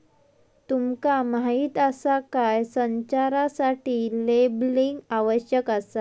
तुमका माहीत आसा काय?, संचारासाठी लेबलिंग आवश्यक आसा